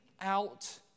out